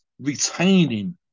retaining